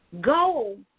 go